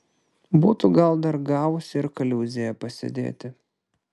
būtų gal dar gavusi ir kaliūzėje pasėdėti